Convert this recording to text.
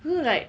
不是 like